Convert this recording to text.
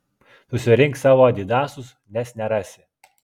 susirink savo adidasus nes nerasi